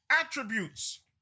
attributes